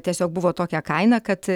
tiesiog buvo tokia kaina kad